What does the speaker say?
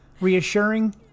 reassuring